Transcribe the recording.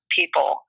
people